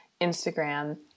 Instagram